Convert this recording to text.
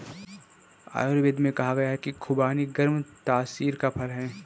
आयुर्वेद में कहा गया है कि खुबानी गर्म तासीर का फल है